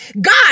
God